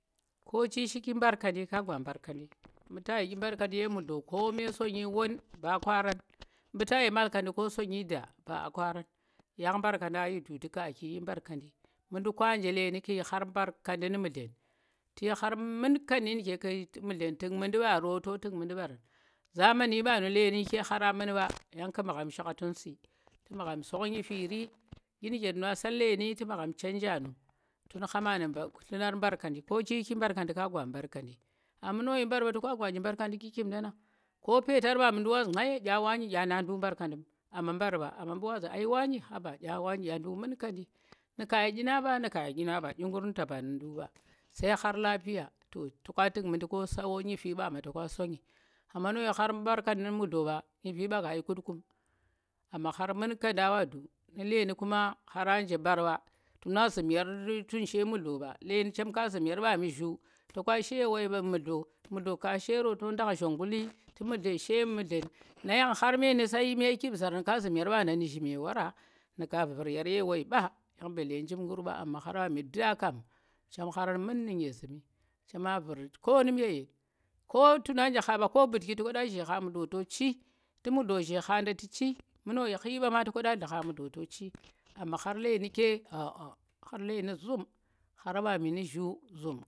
ko chi shiki mbarkanndi ka gwa mbarkanndi mu̱ ta yi ɗyi mbarkannda ye mudlo ko me sonyi won ba kwaaran mu̱ ta yi makanndi ko sonyi da, ba aa kwarang, yang mbarkanndi ye du̱kki ƙu̱ aa ki yi mbarkanndi mu ndu̱ka je leni ƙu̱ yi khar mbarkanndi nu̱ mudlen tu̱ yi khar munkanndi nu̱ ke ku̱ mudlan tu̱k mu̱ndi ɓaro to tuk mandi barang zamany ɓanu lenii ke kharan mun ɓa yang ƙu̱ magham shakhtu̱n si tu̱ magham song nyiifiri ɗyi nu̱ke tuna sang leni tu̱ magham chanja nu tun khama nu̱ nllu̱nar mbarkanndi, ko chi shiki mbarkanndi ka gwa mbarkanndi, a munayi mbarkanndi ba, to ka gwa ɗyi mbarkanndi kikimndanang? ko peetar ba mu ndu̱k wa zu̱za snyo ɗya wane ɗya na ndu̱k mbarkanndi mu? amma mɓar mɓa, amma mu wa zu̱za u̱ya waane, haba ɗya waane ndu̱k munkanndi nu̱ka yi ɗyinang mɓa, nu̱ka yi ɗyinang mɓa, ɗyi kar nu̱ taba nu̱ ndu̱k ɓa sa khar lafiya to, toka tuk mu̱ndi ko sayo nyifi ɓa ma to ka songi amma no yi khar mbarkanndi nu mudlo ɓa, nyifi ɓa ka yi Quthu̱m amma khar munkanndang wa du̱k nu̱ lenu kuma kharang nje mbar ɓa, tuna zu̱m yar tun shi ye mudlo ba lemi chem ko zu̱m yar ɓami zu̱u̱ to ka shi ye woi mɓu̱ mudlo, mudlo ka shi yero, to nɗang zongli to mudlen shi ye mudlen, naa yang khar meni sai me vi ɓang zaran ka zu̱m ɗye zɓmndi ɓanda nu̱ zhime wura nu̱ ka vu̱r yar ye woi ɓa, yang mɓelle njim nggori, amma khar wami daa kam chem kharam mu̱n nu̱ nyezu̱hmi, chem vu̱r konu̱m ye yeng, ko tona nje khaɓa, ko mbu̱dhki to ka zhi kha mudlo to chii, tu̱ mudlo zhi kha nda ta tu̱chii, mumo yi ghi mɓa ma to ka nllu̱ kha mudlo to chii, amma khar leni kye a, a khar leni zu̱u̱m khar warem nu̱ zhu̱ zu̱u̱m